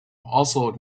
also